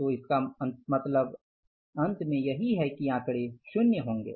तो इसका मतलब अंत में ये है की आंकड़े शुन्य होंगे